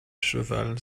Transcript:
cheval